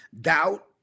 Doubt